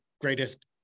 greatest